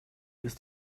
ist